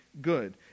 good